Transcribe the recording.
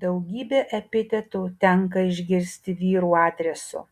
daugybę epitetų tenka išgirsti vyrų adresu